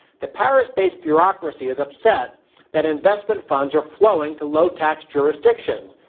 the paris based bureaucracy is upset that investment funds are flowing to low-tax jurisdictions,